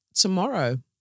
tomorrow